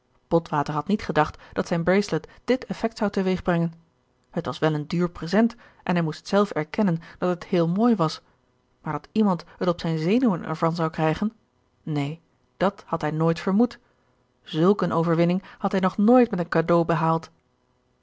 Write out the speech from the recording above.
botwater had niet gedacht dat zijn bracelet dit effect zou teweeg brengen het was wel een duur present en hij moest zelf erkennen dat het heel mooi was maar dat iemand het op zijn zenuwen er van zou krijgen neen dat had hij nooit vermoed zulk een overwinning had hij nog nooit met een cadeau behaald